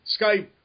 Skype